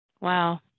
wow